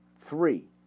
three